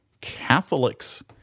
Catholics